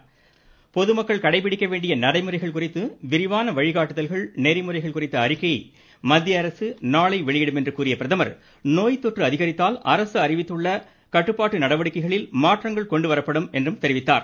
இதனிடையே பொதுமக்கள் கடைபிடிக்க வேண்டிய நடைமுறைகள் குறித்து விரிவான வழிகாட்டுதல்கள் நெறிமுறைகள் குறித்த அறிக்கையை மத்திய அரசு நாளை வெளியிடும் என்று கூறிய பிரதமர் நோய் தொற்று அதிகரித்தால் அரசு அறிவித்துள்ள கட்டுப்பாடு நடவடிக்கைகளில் மாற்றங்கள் கொண்டுவரப்படும் என்றார்